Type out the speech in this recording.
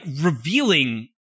revealing